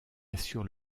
assure